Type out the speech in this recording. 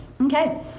Okay